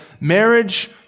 marriage